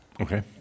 Okay